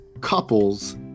couples